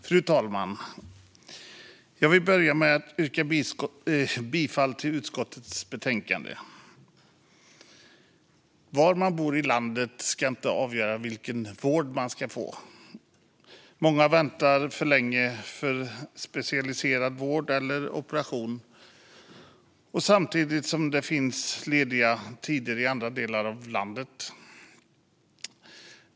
Fru talman! Jag vill börja med att yrka bifall till utskottets förslag. Var man bor i landet ska inte avgöra vilken vård man får. Många väntar för länge på specialiserad vård eller operation, samtidigt som det finns lediga tider i andra delar av landet.